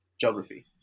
geography